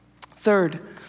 Third